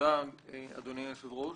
תודה אדוני היושב-ראש.